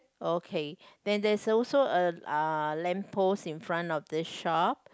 okay then there's also a uh lamppost in front of this shop